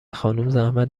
خانومزحمت